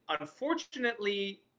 unfortunately